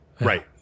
right